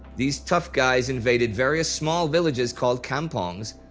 these tough guys invaded various small villages, called kampongs,